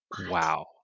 wow